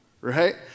right